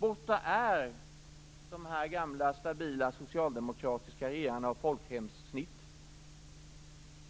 Borta är de gamla stabila socialdemokratiska regeringarna av folkhemssnitt.